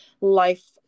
life